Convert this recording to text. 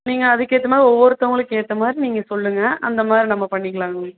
நீங்கள் அதுக்கு ஏற்ற மாதிரி ஒவ்வொருத்தவங்களுக்கு ஏற்ற மாதிரி நீங்கள் சொல்லுங்கள் அந்த மாதிரி நம்ம பண்ணிக்கலாங்க மேம்